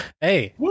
Hey